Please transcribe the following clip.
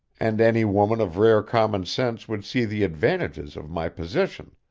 and any woman of rare common sense would see the advantages of my position,